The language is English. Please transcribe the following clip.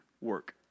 work